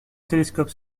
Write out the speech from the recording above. télescope